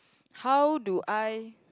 how do I